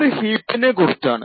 ഇത് ഹീപ്പിനെ കുറിച്ചാണ്